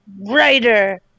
writer